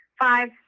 five